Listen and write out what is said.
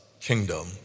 kingdom